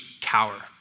cower